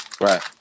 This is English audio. Right